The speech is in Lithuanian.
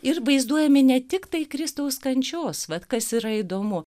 ir vaizduojami ne tik tai kristaus kančios vat kas yra įdomu